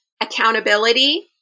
accountability